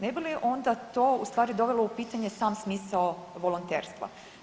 Ne bi li onda to ustvari dovelo u pitanje sam smisao volonterstva?